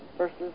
versus